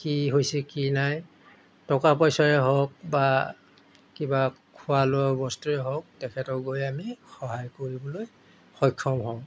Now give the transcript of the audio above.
কি হৈছে কি নাই টকা পইচাৰে হওক বা কিবা খোৱা লোৱা বস্তুৰেই হওক তেখেতক গৈ আমি সহায় কৰিবলৈ সক্ষম হওঁ